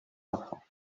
enfants